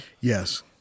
Yes